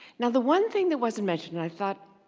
now the one thing that wasn't mentioned and i thought,